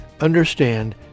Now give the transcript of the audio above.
Understand